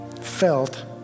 felt